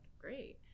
great